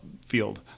field